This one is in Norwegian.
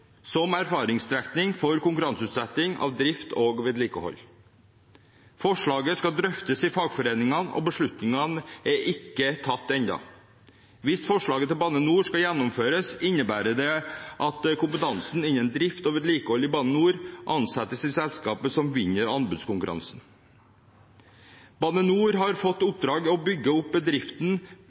som erfaringsstrekning for konkurranseutsetting av drift og vedlikehold. Forslaget skal drøftes i fagforeningene, og beslutningene er ikke tatt ennå. Hvis forslaget til Bane NOR skal gjennomføres, innebærer det at kompetansen innen drift og vedlikehold i Bane NOR ansettes i selskapet som vinner anbudskonkurransen. Bane NOR har fått i oppdrag å bygge opp